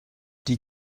die